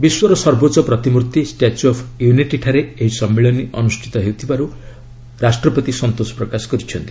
ବିଶ୍ୱର ସର୍ବୋଚ୍ଚ ପ୍ରତିମୂର୍ତ୍ତି ଷ୍ଟାଚ୍ୟୁ ଅଫ୍ ୟୁନିଟି ଠାରେ ଏହି ସମ୍ମିଳନୀ ଅନୁଷ୍ଠିତ ହେଉଥିବାରୁ ରାଷ୍ଟ୍ରପତି ସନ୍ତୋଷ ପ୍ରକାଶ କରିଛନ୍ତି